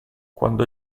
quando